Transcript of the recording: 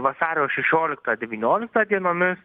vasario šešioliktą devynioliktą dienomis